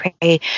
pray